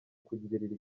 kungirira